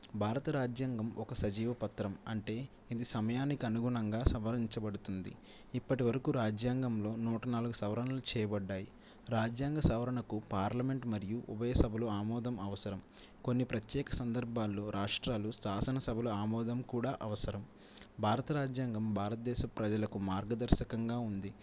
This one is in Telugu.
భారత రాజ్యాంగం ఒక సజీవ పత్రం అంటే ఇది సమయానికి అనుగుణంగా సవరించబడుతుంది ఇప్పటివరకు రాజ్యాంగంలో నూట నాలుగు సవరణలు చేయబడినాయి రాజ్యాంగ సవరణకు పార్లమెంట్ మరియు ఉభయ సభలు ఆమోదం అవసరం కొన్ని ప్రత్యేక సందర్భాల్లో రాష్ట్రాలు శాసనసభలు ఆమోదం కూడా అవసరం భారత రాజ్యాంగం భారతదేశ ప్రజలకు మార్గదర్శకంగా ఉంది